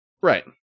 Right